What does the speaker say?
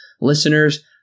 listeners